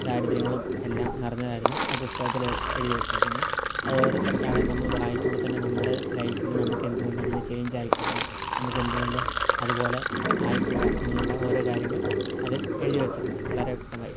ദാരിദ്ര്യങ്ങളും എല്ലാം നടന്നതായിരുന്നു ആ പുസ്തകത്തിൽ എ എഴുതി വെച്ചേക്കുന്നത് അത് ഓരോരുത്തർക്കാണേലും നമ്മൾ വായിക്കുമ്പോൾ തന്നെ നമ്മുടെ ലൈഫിൽ നമുക്ക് എന്തു കൊണ്ട് അങ്ങനെ ചേഞ്ച് ആയിക്കൂടാ നമുക്ക് എന്തുകൊണ്ട് അത്പോലെ ആയിക്കൂടാ എന്നുള്ള ഓരോ കാര്യങ്ങളും അതിൽ എഴുതി വെച്ചിട്ടുണ്ട് വളരെ വ്യക്തമായി